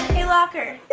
hey locker?